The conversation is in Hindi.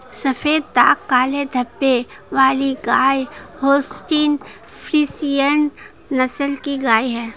सफेद दाग काले धब्बे वाली गाय होल्सटीन फ्रिसियन नस्ल की गाय हैं